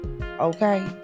Okay